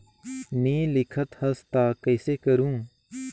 नी लिखत हस ता कइसे करू?